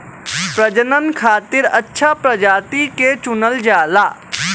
प्रजनन खातिर अच्छा प्रजाति के चुनल जाला